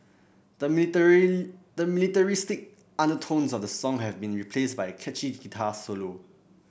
the the militaristic undertones of the song have been replaced by a catchy guitar solo